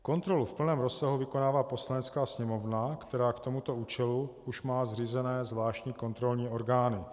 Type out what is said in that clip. Kontrolu v plném rozsahu vykonává Poslanecká sněmovna, která k tomuto účelu už má zřízené zvláštní kontrolní orgány.